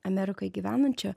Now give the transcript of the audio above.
amerikoj gyvenančio